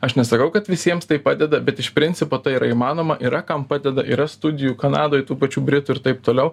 aš nesakau kad visiems tai padeda bet iš principo tai yra įmanoma yra kam padeda yra studijų kanadoj tų pačių britų ir taip toliau